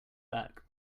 back